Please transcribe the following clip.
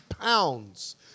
pounds